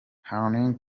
hannington